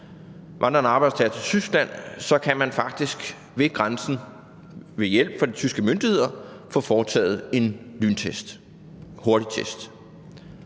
vandrende arbejdstagere til Tyskland, kan man faktisk ved grænsen med hjælp fra de tyske myndigheder få foretaget en lyntest, en hurtigtest.